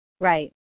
Right